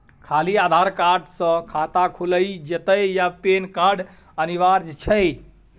खाली आधार कार्ड स खाता खुईल जेतै या पेन कार्ड अनिवार्य छै?